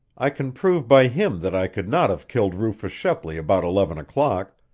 i can prove by him that i could not have killed rufus shepley about eleven o'clock,